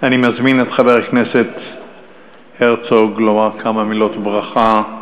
אני מזמין את חבר הכנסת הרצוג לומר כמה מילות ברכה.